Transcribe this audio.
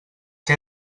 què